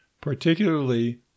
particularly